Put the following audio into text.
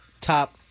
top